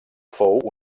fou